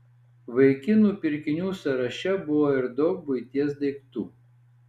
vaikinų pirkinių sąraše buvo ir daug buities daiktų